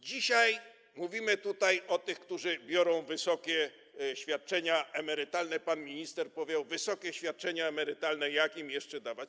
Dzisiaj mówimy tutaj o tych, którzy biorą wysokie świadczenia emerytalne, pan minister powiedział: wysokie świadczenia emerytalne, jak im jeszcze dawać.